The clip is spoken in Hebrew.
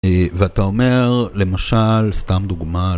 ואתה אומר, למשל, סתם דוגמה...